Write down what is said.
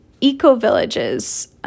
eco-villages